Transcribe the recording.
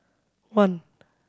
one